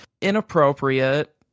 Inappropriate